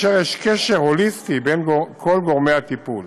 ויש קשר הוליסטי בין כל גורמי הטיפול.